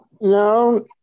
No